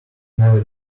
never